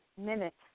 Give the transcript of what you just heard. minutes